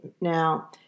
Now